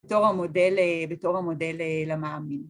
בתור המודל למאמין.